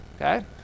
okay